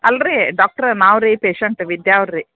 ಅಲ್ರಿ ಡಾಕ್ಟ್ರ್ ನಾವು ರೀ ಪೇಶೆಂಟ್ ವಿದ್ಯಾವ್ರ ರೀ